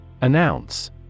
Announce